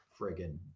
friggin